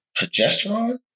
Progesterone